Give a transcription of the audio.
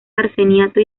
arseniato